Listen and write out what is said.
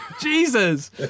Jesus